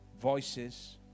voices